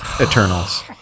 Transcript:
Eternals